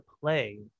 play